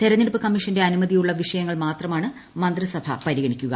തെരഞ്ഞെടുപ്പ് കമ്മീഷന്റെ അനുമതിയുള്ള വിഷയങ്ങൾ മാത്രമാണ് മന്ത്രിസഭ പരിഗണിക്കുക